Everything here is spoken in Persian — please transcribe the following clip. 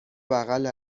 بغل